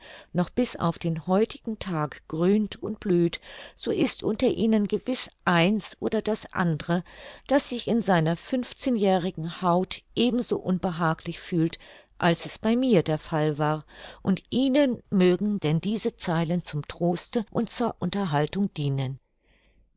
noch bis auf den heutigen tag grünt und blüht so ist unter ihnen gewiß eins oder das andre das sich in seiner jährigen haut ebenso unbehaglich fühlt als es bei mir der fall war und ihnen mögen denn diese zeilen zum troste und zur unterhaltung dienen